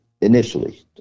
initially